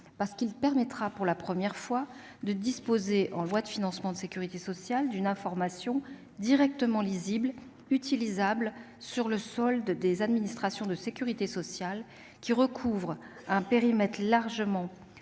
parce qu'il permettra, pour la première fois, de disposer en loi de financement de la sécurité sociale d'une information directement lisible et utilisable sur le solde des administrations de sécurité sociale, lesquelles recouvrent un périmètre légèrement